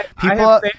people